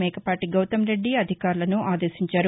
మేకపాటీ గౌతమ్ రెడ్డి అధికారులను ఆదేశించారు